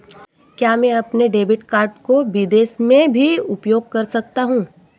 क्या मैं अपने डेबिट कार्ड को विदेश में भी उपयोग कर सकता हूं?